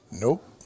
Nope